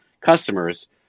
customers